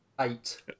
Eight